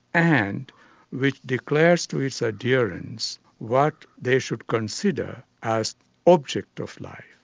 and with declares to his adherents, what they should consider as object of life.